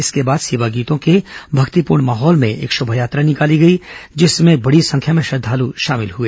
इसके बाद सेवा गीतों के भक्तिपूर्ण माहौल में एक शोभायात्रा निकाली गई जिसमें बड़ी संख्या में श्रद्धालु शामिल हुए